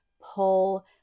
pull